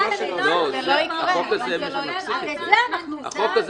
החוק הזה מפסיק את זה.